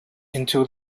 into